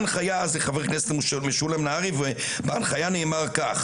חבר הכנסת נהרי העביר על זה הנחיה שאומרת כך: